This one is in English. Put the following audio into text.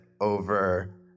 over